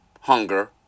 hunger